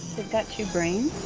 got two brains,